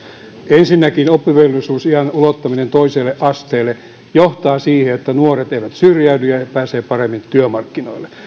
ensinnäkin oppivelvollisuusiän ulottaminen toiselle asteelle johtaa siihen että nuoret eivät syrjäydy ja he pääsevät paremmin työmarkkinoille